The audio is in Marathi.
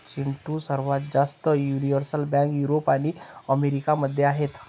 चिंटू, सर्वात जास्त युनिव्हर्सल बँक युरोप आणि अमेरिका मध्ये आहेत